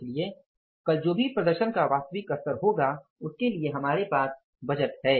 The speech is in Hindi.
इसलिए कल जो भी प्रदर्शन का वास्तविक स्तर होगा उसके लिए हमारे पास बजट है